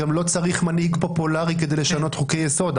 גם לא צריך מנהיג פופולרי כדי לשנות חוקי יסוד.